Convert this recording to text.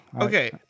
Okay